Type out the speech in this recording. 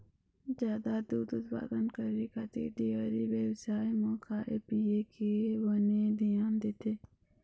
जादा दूद उत्पादन करे खातिर डेयरी बेवसाय म खाए पिए के बने धियान देथे